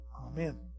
Amen